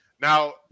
Now